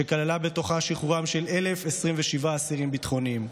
שכללה בתוכה את שחרורם של 1,027 אסירים ביטחוניים.